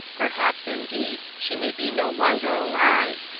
perhaps, indeed, she may be no longer alive!